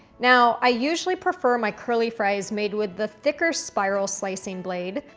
now, i usually prefer my curly fries made with the thicker spiral slicing blade,